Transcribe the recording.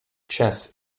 chess